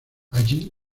allí